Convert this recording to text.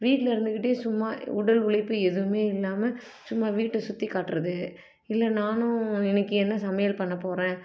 வீட்டில் இருந்துக்கிட்டே சும்மா உடல் உழைப்பு எதுவுமே இல்லாமல் சும்மா வீட்டை சுற்றி காட்டுறது இல்லை நானும் இன்னக்கு என்ன சமையல் பண்ண போகறேன்